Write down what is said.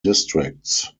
districts